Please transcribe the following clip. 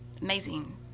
amazing